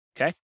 Okay